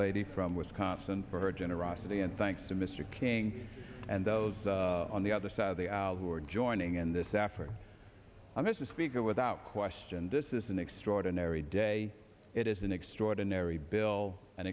lady from wisconsin for her generosity and thanks to mr king and those on the other side of the aisle who are joining in this effort i'm as a speaker without question this is an extraordinary day it is an extraordinary bill an